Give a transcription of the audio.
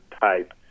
type